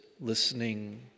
listening